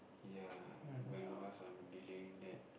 ya buying house I'm delaying that